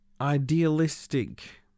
idealistic